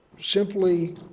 simply